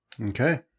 Okay